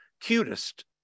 cutest